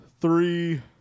three